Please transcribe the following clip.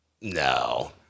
No